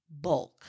bulk